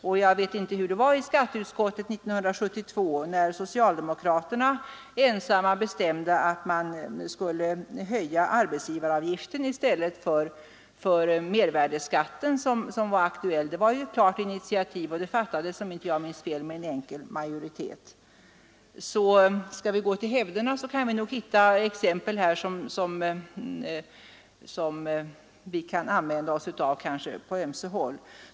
Jag vet inte riktigt hur det var i skatteutskottet 1972, när socialdemokraterna ensamma bestämde att man skulle höja arbetsgivaravgiften i stället för mervärdeskatten. Det var ett klart initiativ. Beslutet fattades, om jag inte minns fel, med enkel majoritet. Om vi skall gå till hävderna kan vi nog hitta exempel som vi kan använda oss av på ömse håll.